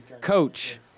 coach